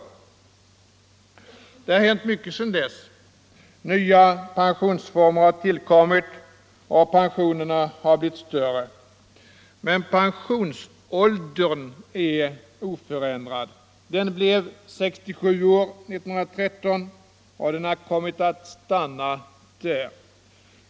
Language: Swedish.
Det har hänt mycket sedan dess. Nya pensionsformer har tillkommit och pensionerna har blivit större. Men pensionsåldern är oförändrad. Den blev 67 år 1913 och den har kommit att stanna där.